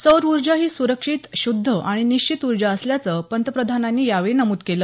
सौर उर्जा ही सुरक्षित शुद्ध आणि निश्चित उर्जा असल्याचं पंतप्रधानांनी यावेळी नम्द केलं